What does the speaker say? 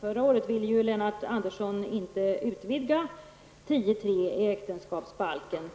Förra året ville Lennart Andersson inte utvidga 10:3 äktenskapsbalken